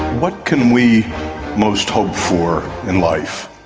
what can we most hope for in life?